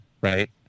right